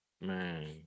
man